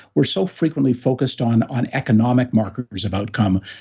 we're so frequently focused on on economic markers of outcome,